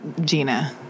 Gina